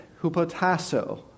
hupotasso